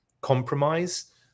compromise